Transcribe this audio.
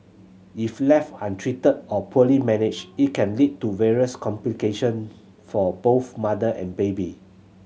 if left untreated or poorly managed it can lead to various complication for both mother and baby